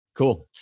Cool